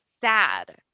Sad